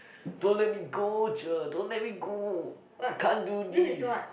don't let me go cher don't let me go can't do this